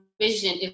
vision